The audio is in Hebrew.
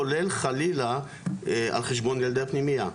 כולל חלילה על חשבון ילדי הפנימייה.